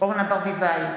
אורנה ברביבאי,